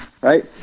Right